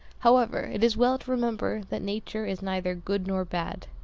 however, it is well to remember that nature is neither good nor bad,